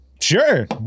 sure